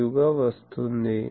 75 గా వస్తోంది